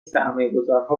سرمایهگذارها